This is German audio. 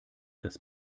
das